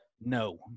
No